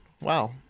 Wow